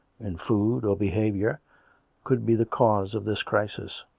in food or behaviour could be the cause of this crisis.